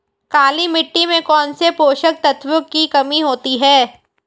काली मिट्टी में कौनसे पोषक तत्वों की कमी होती है?